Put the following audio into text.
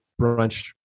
brunch